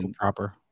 proper